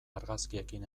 argazkiekin